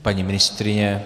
Paní ministryně?